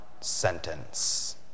sentence